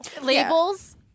Labels